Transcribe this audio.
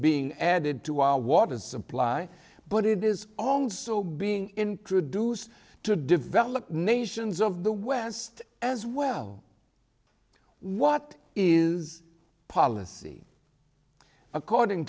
being added to our water supply but it is also being introduced to developed nations of the west as well what is policy according